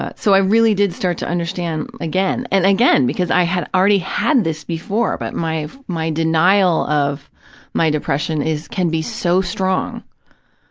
ah so i really did start to understand, again, and again, because i had already had this before, but my my denial of my depression can be so strong,